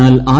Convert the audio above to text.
എന്നാൽ ആർ